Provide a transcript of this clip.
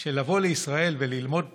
של לבוא לישראל וללמוד פה,